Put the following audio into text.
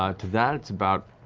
ah to that, it's about